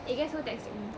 eh guess who texted me